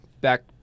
back